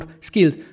skills